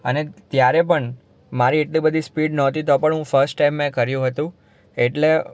અને ત્યારે પણ મારી એટલી બધી સ્પીડ નહોતી તો પણ હું ફર્સ્ટ ટાઈમ મેં કર્યું હતું એટલે